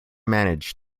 manage